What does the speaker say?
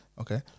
okay